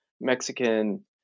Mexican